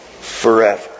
forever